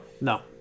No